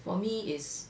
for me is